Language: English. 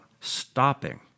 stopping